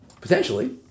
Potentially